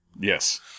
Yes